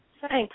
Thanks